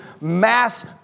mass